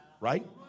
Right